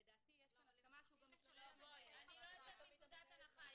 לדעתי יש כאן הסכמה שהוא --- לא סומכת על זה.